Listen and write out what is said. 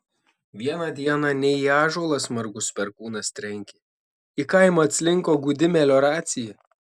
vieną dieną ne į ąžuolą smarkus perkūnas trenkė į kaimą atslinko gūdi melioracija